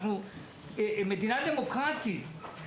אנחנו מדינה דמוקרטית.